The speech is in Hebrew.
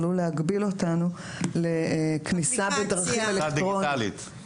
עלול להגביל כניסה בדרכים אלקטרוניות.